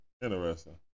Interesting